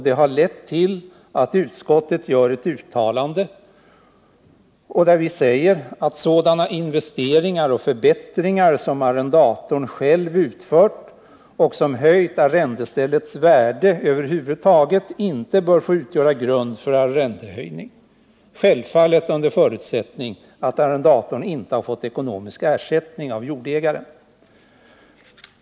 Det har lett till att utskottet gör ett uttalande, att sådana investeringar och förbättringar som arrendatorn själv utfört och som höjt arrendeställets värde över huvud taget inte bör få utgöra grund för arrendehöjning — självfallet under förutsättning att arrendatorn inte har fått ekonomisk ersättning av jordägaren.